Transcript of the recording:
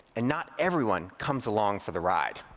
and not everyone comes along for the ride.